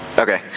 Okay